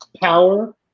power